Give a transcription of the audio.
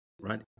right